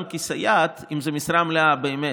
גם כסייע, אם זאת משרה מלאה באמת,